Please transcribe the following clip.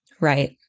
Right